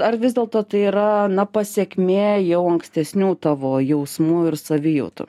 ar vis dėlto yra na pasekmė jau ankstesnių tavo jausmų ir savijautų